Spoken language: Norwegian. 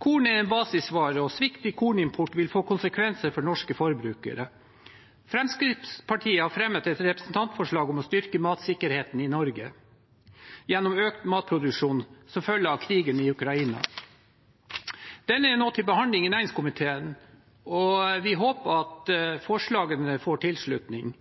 Korn er en basisvare, og svikt i kornimport vil få konsekvenser for norske forbrukere. Fremskrittspartiet har fremmet et representantforslag om å styrke matsikkerheten i Norge gjennom økt matkornproduksjon som følge av krigen i Ukraina. Dette er nå til behandling i næringskomiteen, og vi håper at forslagene får tilslutning.